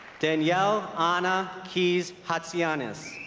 danielle anna keese hatziyannis